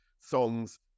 songs